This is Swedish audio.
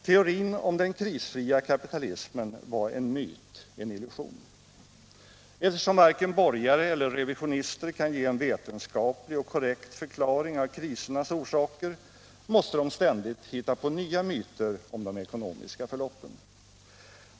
Teorin om den krisfria kapitalismen var en myt, en illusion. Eftersom varken borgare eller revisionister kan ge en vetenskaplig och korrekt förklaring av krisernas orsaker, måste de ständigt hitta på nya myter om de ekonomiska förloppen.